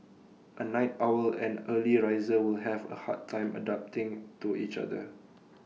A night owl and early riser will have A hard time adapting to each other